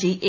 G A